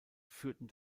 führten